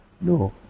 No